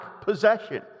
possession